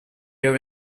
their